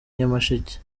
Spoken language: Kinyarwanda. nyamasheke